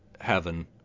heaven